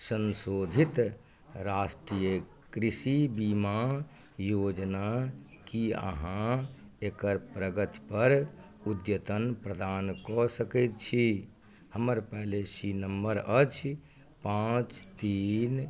संशोधित राष्ट्रीय कृषि बीमा योजना की अहाँ एकर प्रगति पर